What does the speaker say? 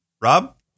Rob